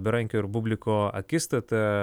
berankio ir bubliko akistata